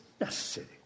necessary